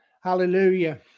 Hallelujah